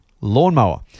lawnmower